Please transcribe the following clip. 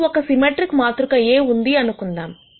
నాకు ఒక సిమెట్రిక్ మాత్రిక A ఉంది అనుకుందాం